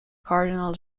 cardinal